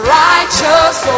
righteous